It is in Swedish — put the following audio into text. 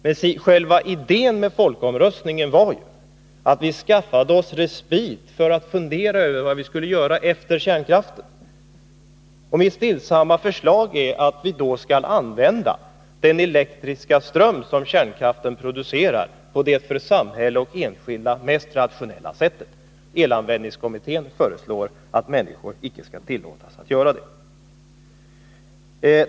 Men själva idén med folkomröstningen var ju att vi skulle skaffa oss respit för att kunna fundera över vad vi skall göra efter kärnkraften, och mitt stillsamma förslag är då att vi skall använda den elektriska ström som kärnkraften producerar på det för samhälle och enskilda mest rationella sättet. Elanvändningskommittén föreslår däremot att människor icke skall tillåtas att göra det.